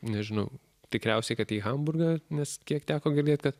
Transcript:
nežinau tikriausiai kad į hamburgą nes kiek teko girdėt kad